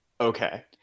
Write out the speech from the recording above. Okay